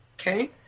Okay